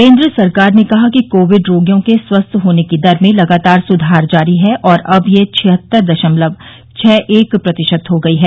केन्द्र सरकार ने कहा कि कोविड रोगियों के स्वस्थ होने की दर में लगातार सुधार जारी है और अब यह छिहत्तर दशमलव छह एक प्रतिशत हो गयी है